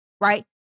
right